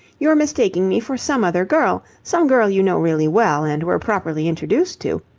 you're mistaking me for some other girl, some girl you know really well, and were properly introduced to.